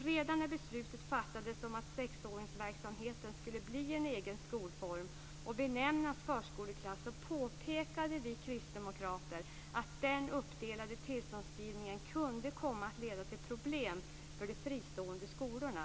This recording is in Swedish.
Redan när beslutet fattades om att sexåringsverksamheten skulle bli en egen skolform och benämnas förskoleklass påpekade vi kristdemokrater att den uppdelade tillståndsgivningen kunde komma att leda till problem för de fristående skolorna.